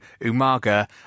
Umaga